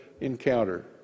encounter